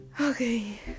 okay